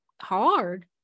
hard